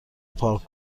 پارک